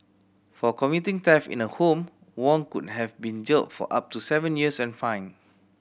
for committing theft in a home Wong could have been jailed for up to seven years and fined